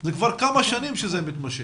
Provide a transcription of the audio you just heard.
זה כבר כמה שנים שזה מתמשך.